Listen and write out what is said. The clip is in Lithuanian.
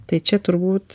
tai čia turbūt